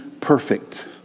perfect